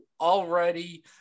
already –